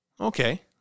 okay